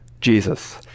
Jesus